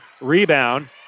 rebound